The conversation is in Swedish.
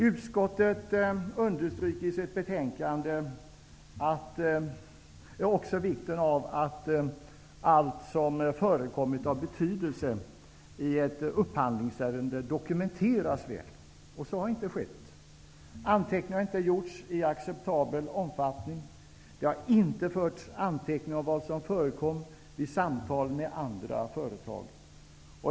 Utskottet understryker i sitt betänkande också vikten av att allt av betydelse som förekommit i ett upphandlingsärende dokumenteras väl. Så har inte skett. Anteckning har inte gjorts i acceptabel omfattning. Det har inte förts anteckning om vad som förekom i samtal med andra företag.